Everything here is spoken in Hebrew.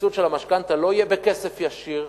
הסבסוד של המשכנתה לא יהיה בכסף ישיר,